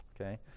Okay